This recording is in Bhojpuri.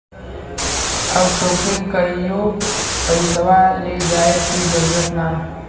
अब तोके कहींओ पइसवा ले जाए की जरूरत ना